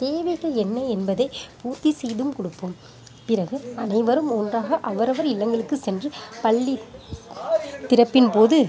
தேவைகள் என்ன என்பதை பூர்த்தி செய்தும் கொடுப்போம் பிறகு அனைவரும் ஒன்றாக அவரவர் இல்லங்களுக்கு சென்று பள்ளி திறப்பின் போது